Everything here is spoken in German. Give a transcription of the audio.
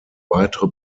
weitere